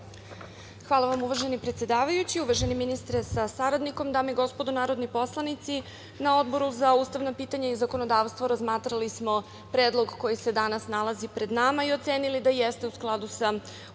Hvala vam, uvaženi predsedavajući. Uvaženi ministre sa saradnikom, dame i gospodo narodni poslanici, na Odboru za ustavna pitanja i zakonodavstvo razmatrali smo predlog koji se danas nalazi pred nama i ocenili da jeste u skladu sa Ustavom